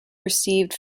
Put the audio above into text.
received